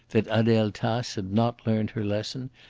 that adele tace had not learned her lesson,